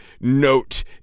note